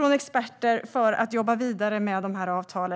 av experter för att jobba vidare med dessa avtal.